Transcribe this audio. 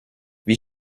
wie